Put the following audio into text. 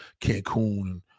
Cancun